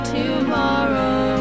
tomorrow